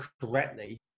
correctly